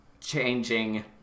changing